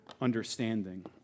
understanding